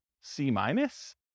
C-minus